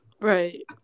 right